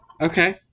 Okay